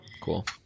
Cool